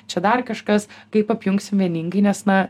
čia dar kažkas kaip apjungsime vieningai nes na